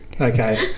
Okay